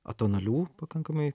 atonalių pakankamai